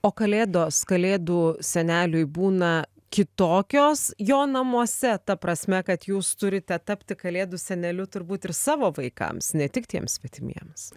o kalėdos kalėdų seneliui būna kitokios jo namuose ta prasme kad jūs turite tapti kalėdų seneliu turbūt ir savo vaikams ne tik tiems svetimiems